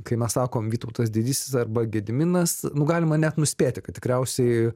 kai mes sakom vytautas didysis arba gediminas nu galima net nuspėti kad tikriausiai